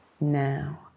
now